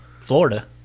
Florida